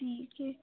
ਠੀਕ ਏ